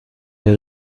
der